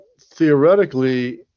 theoretically